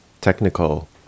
technical